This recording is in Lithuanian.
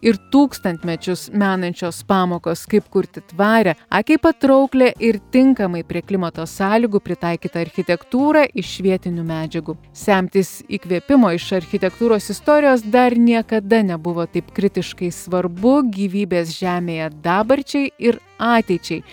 ir tūkstantmečius menančios pamokos kaip kurti tvarią akiai patrauklią ir tinkamai prie klimato sąlygų pritaikytą architektūrą iš vietinių medžiagų semtis įkvėpimo iš architektūros istorijos dar niekada nebuvo taip kritiškai svarbu gyvybės žemėje dabarčiai ir ateičiai